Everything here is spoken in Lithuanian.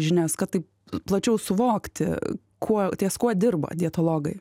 žinias kad tai plačiau suvokti kuo ties kuo dirba dietologai